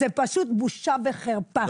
זה פשוט בושה וחרפה.